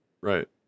right